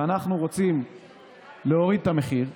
ואנחנו רוצים להוריד את המחיר,